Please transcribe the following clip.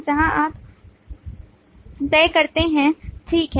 जहाँ आप तय करते हैं ठीक है